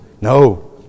No